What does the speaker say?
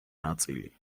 ნაწილი